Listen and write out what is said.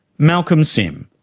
malcolm sim,